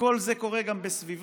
וכל זה קורה גם בסביבה